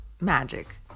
magic